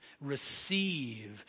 receive